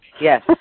Yes